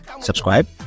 subscribe